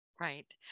Right